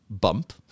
bump